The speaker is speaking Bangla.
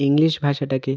ইংলিশ ভাষাটাকে